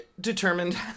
determined